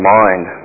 mind